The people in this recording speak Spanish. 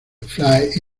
fly